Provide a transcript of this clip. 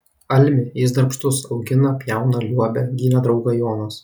almi jis darbštus augina pjauna liuobia gynė draugą jonas